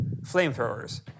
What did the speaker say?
flamethrowers